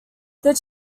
this